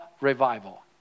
revival